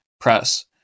Press